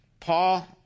Paul